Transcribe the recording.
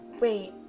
Wait